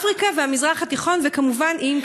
אפריקה והמזרח התיכון, וכמובן איים קטנים.